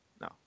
No